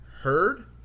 heard